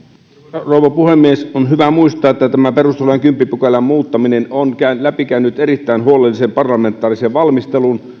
arvoisa rouva puhemies on hyvä muistaa että tämä perustuslain kymmenennen pykälän muuttaminen on läpikäynyt erittäin huolellisen parlamentaarisen valmistelun